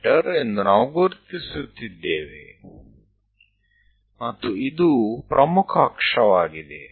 me ಎಂದು ನಾವು ಗುರುತಿಸುತ್ತಿದ್ದೇವೆ ಮತ್ತು ಇದು ಪ್ರಮುಖ ಅಕ್ಷವಾಗಿದೆ